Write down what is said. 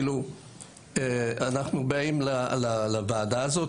אנחנו באים לוועדה הזאת,